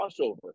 crossover